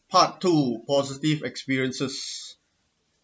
part two positive experiences